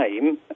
name